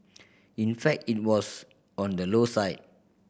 in fact it was on the low side